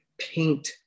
paint